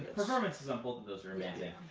performances on both of those are amazing.